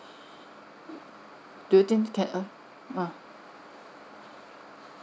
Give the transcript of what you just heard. do you think can uh uh